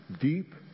deep